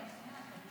"אבל".